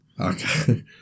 okay